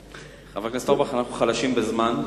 חבר הכנסת אורבך, אנחנו חלשים בזמן.